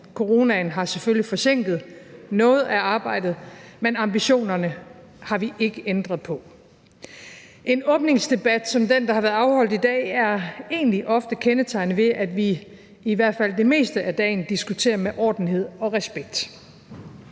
Coronaen har selvfølgelig forsinket noget af arbejdet, men ambitionerne har vi ikke ændret på. En åbningsdebat som den, der har været afholdt i dag, er egentlig ofte kendetegnet ved, at vi i hvert fald det meste af dagen diskuterer med ordentlighed og respekt.